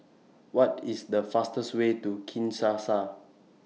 What IS The fastest Way to Kinshasa